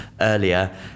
earlier